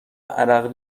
عرق